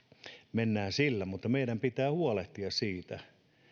mennään sillä mutta meidän pitää huolehtia siitä